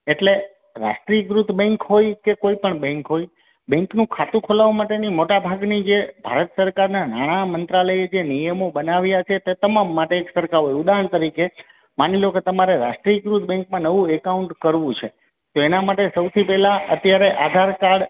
એટલે રાષ્ટ્રીયકૃત બેંક હોય કે કોઇ પણ બેંક હોય બેંકનું ખાતું ખોલાવવા માટેની મોટાભાગની જે ભારત સરકારનાં નાણામંત્રાલયે જે નિયમો બનાવ્યા છે તે તમામ માટે સરખા હોય ઉદાહરણ તરીકે માની લો કે તમારે રાષ્ટ્રીયકૃત બેન્કમાં નવું એકાઉન્ટ કરવું છે તો એના માટે સૌથી પહેલાં અત્યારે આધારકાર્ડ